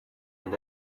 and